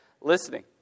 listening